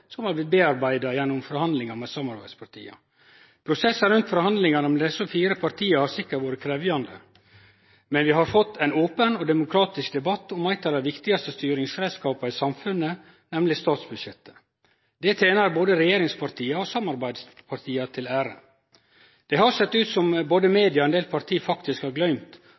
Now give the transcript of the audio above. som har blitt arbeidt vidare med gjennom forhandlingar med samarbeidspartia. Prosessen rundt forhandlingane mellom desse fire partia har sikkert vore krevjande. Men vi har fått ein open og demokratisk debatt om eit av dei viktigaste styringsreiskapa i samfunnet, nemleg statsbudsjettet. Det tener både regjeringspartia og samarbeidspartia til ære. Det har sett ut som om både media og ein del parti faktisk har gløymt